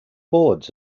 boards